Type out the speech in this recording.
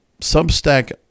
Substack